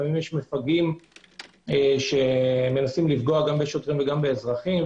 לפעמים יש מפגעים שמנסים לפגוע גם בשוטרים וגם באזרחים.